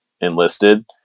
enlisted